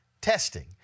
testing